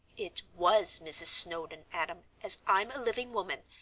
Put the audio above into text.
it was mrs. snowdon, adam, as i'm a living woman,